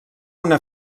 una